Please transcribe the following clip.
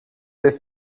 des